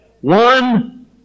One